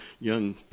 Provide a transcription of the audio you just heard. young